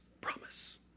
promise